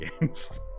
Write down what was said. games